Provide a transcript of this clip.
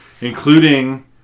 including